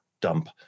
dump